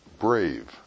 brave